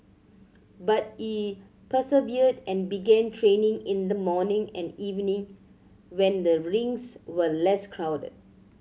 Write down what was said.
but he persevered and began training in the morning and evening when the rinks were less crowded